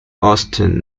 austen